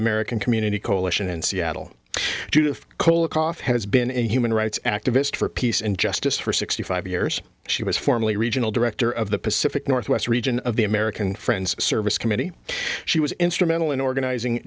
american community coalition in seattle didn't call it off has been a human rights activist for peace and justice for sixty five years she was formally a regional director of the pacific northwest region of the american friends service committee she was instrumental in organizing